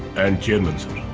and chairman sir.